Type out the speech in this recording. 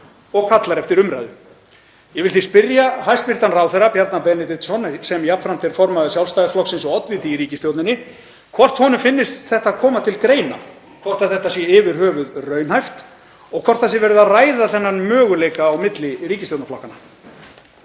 og kalla eftir umræðu. Ég vil því spyrja hæstv. ráðherra Bjarna Benediktsson, sem jafnframt er formaður Sjálfstæðisflokksins og oddviti í ríkisstjórninni, hvort honum finnist þetta koma til greina, hvort þetta sé yfir höfuð raunhæft og hvort verið sé að ræða þennan möguleika á milli ríkisstjórnarflokkanna.